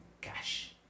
cash